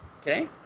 Okay